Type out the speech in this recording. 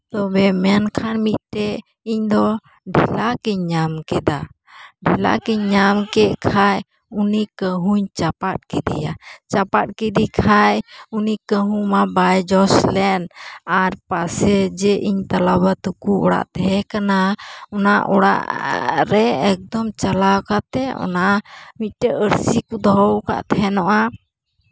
ᱛᱚᱵᱮ ᱢᱮᱱᱠᱷᱟᱱ ᱢᱤᱫᱴᱮᱱ ᱤᱧᱫᱚ ᱰᱷᱮᱞᱟᱠ ᱤᱧ ᱧᱟᱢ ᱠᱮᱫᱟ ᱰᱷᱮᱞᱟᱠ ᱤᱧ ᱧᱟᱢ ᱠᱮᱫ ᱠᱷᱟᱱ ᱩᱱᱤ ᱠᱟᱺᱦᱩᱧ ᱪᱟᱯᱟᱫ ᱠᱮᱫᱮᱭᱟ ᱪᱟᱯᱟᱫ ᱠᱮᱫᱮ ᱠᱷᱟᱱ ᱩᱱᱤ ᱠᱟᱺᱦᱩ ᱢᱟ ᱵᱟᱭ ᱡᱚᱥ ᱞᱮᱱ ᱟᱨ ᱯᱟᱥᱮᱡᱮ ᱤᱧ ᱛᱟᱞᱟᱵᱟ ᱛᱟᱠᱚ ᱚᱲᱟᱜ ᱛᱟᱦᱮᱸ ᱠᱟᱱᱟ ᱚᱱᱟ ᱚᱲᱟᱜ ᱨᱮ ᱪᱟᱞᱟᱣ ᱠᱟᱛᱮᱫ ᱚᱱᱟ ᱢᱤᱫᱴᱮᱱ ᱟᱹᱨᱥᱤ ᱠᱚ ᱫᱚᱦᱚ ᱠᱟᱜ ᱛᱟᱦᱮᱱᱚᱜᱼᱟ